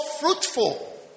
fruitful